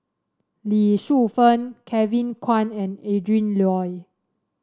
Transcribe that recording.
Lee Shu Fen Kevin Kwan and Adrin Loi